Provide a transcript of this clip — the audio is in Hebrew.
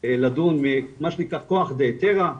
לדון מה שנקרא כוח בהיתרה,